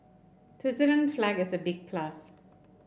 Switzerland's flag is a big plus